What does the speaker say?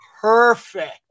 perfect